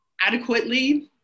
adequately